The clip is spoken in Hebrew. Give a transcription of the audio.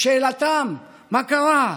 לשאלתם מה קרה,